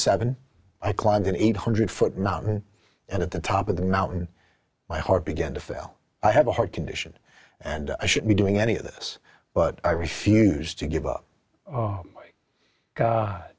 seven i climbed an eight hundred dollars foot mountain and at the top of the mountain my heart began to fail i have a heart condition and i should be doing any of this but i refuse to give up